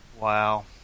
Wow